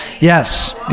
Yes